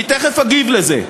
אני תכף אגיב על זה,